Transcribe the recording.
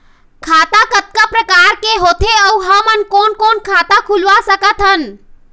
खाता कतका प्रकार के होथे अऊ हमन कोन कोन खाता खुलवा सकत हन?